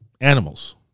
animals